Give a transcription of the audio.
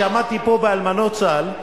כשעמדתי פה בעניין אלמנות צה"ל,